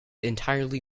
entirely